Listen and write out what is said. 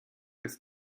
ist